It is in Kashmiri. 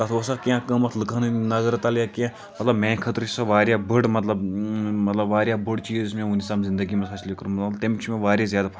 تَتھ اوسا کینٛہہ قۭمَتھ لُکَن ہٕنٛدِ نظرٕ تَل یا کینٛہہ مطلب میٛانہِ خٲطرٕ چھِ سُہ واریاہ بٔڈ مطلب مطلب واریاہ بوٚڈ چیٖز یُس مےٚ وُنیُک تام زِنٛدٕگی منٛز حٲصِل چھُ کوٚرمُت تمیُک چھُ مےٚ واریاہ زیادٕ فَخٕر